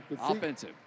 Offensive